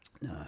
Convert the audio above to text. No